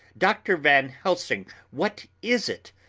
dr. van helsing, what is it?